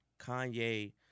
Kanye